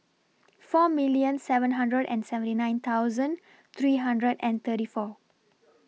four million seven hundred and seventy nine thousand three hundred and thirty four